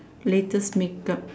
latest make up